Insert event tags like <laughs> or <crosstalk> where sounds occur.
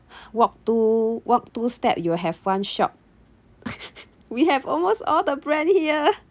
walk two walk two step you will have one shop <laughs> we have almost all the brand here